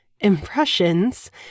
impressions